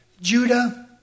Judah